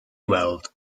weld